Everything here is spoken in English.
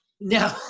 No